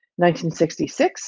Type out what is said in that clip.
1966